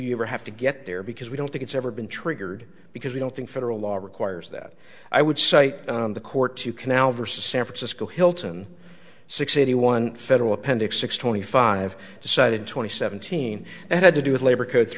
you ever have to get there because we don't think it's ever been triggered because we don't think federal law requires that i would cite the court to canal versus san francisco hilton sixty one federal appendix six twenty five cited twenty seventeen had to do with labor co